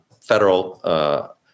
federal